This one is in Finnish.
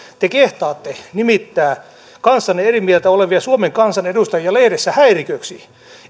te kehtaatte nimittää kanssanne eri mieltä olevia suomen kansan edustajia lehdessä häiriköiksi